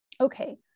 okay